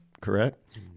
correct